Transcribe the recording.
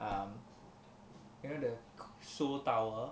um you know the seoul tower